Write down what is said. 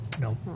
No